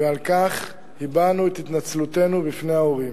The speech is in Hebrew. ועל כך הבענו את התנצלותנו בפני ההורים.